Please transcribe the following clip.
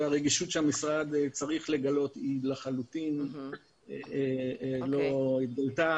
והרגישות שהמשרד צריך לגלות היא לחלוטין לא התגלתה,